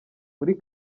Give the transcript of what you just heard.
muri